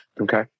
Okay